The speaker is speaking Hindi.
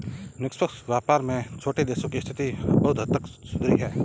निष्पक्ष व्यापार से छोटे देशों की स्थिति बहुत हद तक सुधरी है